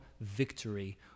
victory